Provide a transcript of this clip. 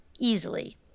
easily